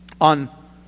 on